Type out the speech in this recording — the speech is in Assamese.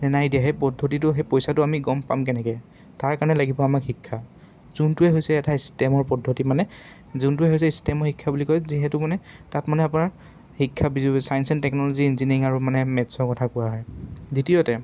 নে নাই দিয়া সেই পদ্ধতিটো সেই পইচাটো আমি গম পাম কেনেকৈ তাৰ কাৰণে লাগিব আমাক শিক্ষা যোনটোৱে হৈছে এটা ষ্টেমৰ পদ্ধতি মানে যোনটোৱে হৈছে ষ্টেমৰ শিক্ষা বুলি কয় যিহেতু মানে তাত মানে আপোনাৰ শিক্ষা চায়েন্স এণ্ড টেকনলজি ইঞ্জিনিয়াৰিং আৰু মানে মেথ্ছৰ কথা কোৱা হয় দ্বিতীয়তে